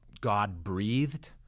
God-breathed